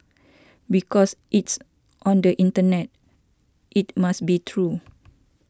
because it's on the internet it must be true